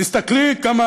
תסתכלי כמה,